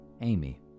Amy